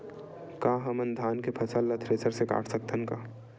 का हमन धान के फसल ला थ्रेसर से काट सकथन का?